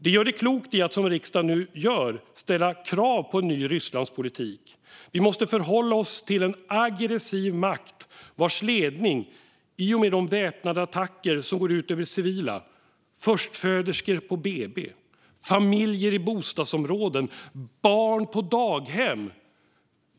Det gör det klokt att som riksdagen nu gör ställa krav på en ny Rysslandspolitik. Vi måste förhålla oss till en aggressiv makt som utför väpnade attacker som går ut över civila - förstföderskor på BB, familjer i bostadsområden och barn på daghem.